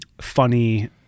funny